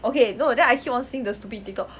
okay no then I keep on seeing the stupid tiktok